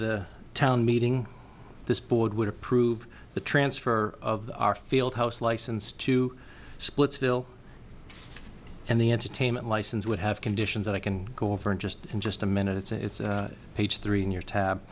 the town meeting this board would approve the transfer of our field house license to splitsville and the entertainment license would have conditions i can go over and just in just a minute it's page three in your tab